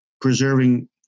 preserving